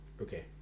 Okay